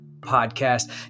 podcast